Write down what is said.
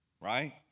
right